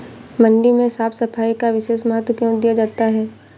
मंडी में साफ सफाई का विशेष महत्व क्यो दिया जाता है?